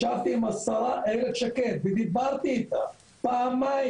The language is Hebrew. ישבתי עם השרה איילת שקד ודיברתי איתה פעמיים,